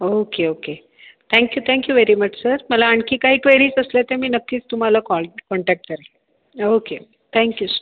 okay okay thank you thank you very much sir मला आणखी काही क्वेरीज् असल्या त्या मी नक्कीच तुम्हाला कॉल कॉंटॅक्ट करेल ओके थॅंक्यूस्